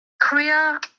Korea